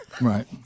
Right